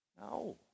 No